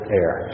air